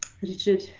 Richard